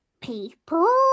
people